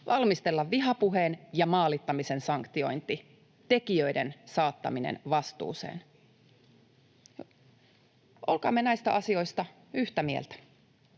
valmistella vihapuheen ja maalittamisen sanktiointi tekijöiden saattamiseksi vastuuseen. Olkaamme näistä asioista yhtä mieltä.